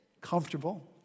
comfortable